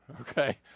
okay